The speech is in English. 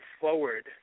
forward